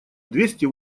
двести